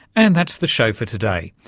and that's the show for today.